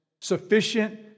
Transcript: Sufficient